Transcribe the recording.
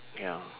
ya